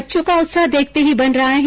बच्चों का उत्साह देखते ही बन रहा है